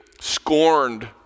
scorned